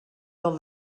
del